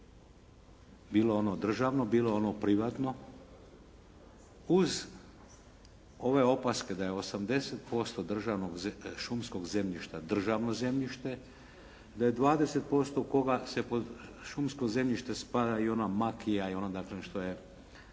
bilo ono državno, bilo ono privatno uz ove opaske da je 80% državnog, šumskog zemljišta državno zemljište, da je 20% koga se, šumsko zemljište spada i ona makija i ono dakle što je